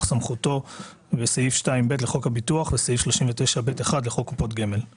סמכותו בסעיף 2(ב) לחוק הביטוח וסעיף 39(ב)(1) לחוק קופות גמל.";